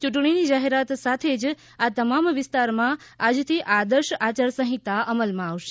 ચૂંટણીની જાહેરાત સાથે જ આ તમામ વિસ્તારમાં આજથી આદર્શ આચાર સંહિતા અમલમાં આવશે